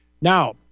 Now